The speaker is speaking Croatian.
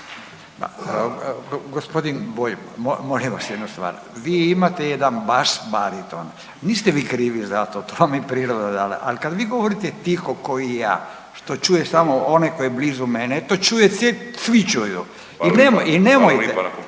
Gospodin Bulj molim vas jednu stvar, vi imate jedan bas bariton, niste vi krivi za to, to vam je priroda dala, al kad vi govorite tiho ko i ja što čuje samo onaj koji je blizu mene to čuje, svi čuju i nemoj…/Upadica